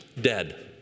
dead